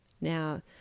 Now